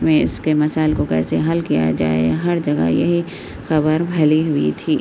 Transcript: میں اس کے مسائل کو کیسے حل کیا جائے ہر جگہ یہی خبر پھیلی ہوئی تھی